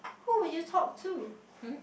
who would you talk to